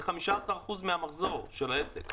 זה 15% מהמחזור של העסק.